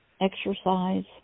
exercise